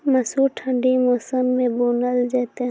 मसूर ठंडी मौसम मे बूनल जेतै?